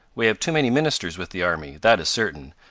we have too many ministers with the army, that is certain,